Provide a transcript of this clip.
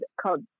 called